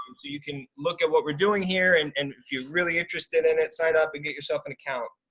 um so you can look at what we're doing here and and if you're really interested in it, sign up and get yourself an account.